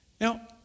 Now